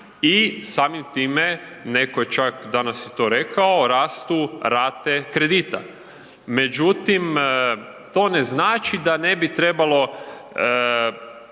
i samim time, neko je čak danas to i rekao, rastu rate kredita. Međutim, to ne znači da ne bi trebalo